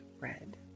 red